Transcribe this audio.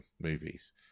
movies